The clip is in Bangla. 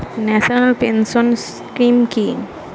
ন্যাশনাল পেনশন স্কিম কি?